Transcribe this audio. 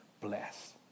bless